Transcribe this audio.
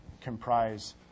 comprise